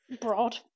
Broad